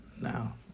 Now